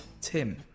Tim